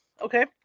Okay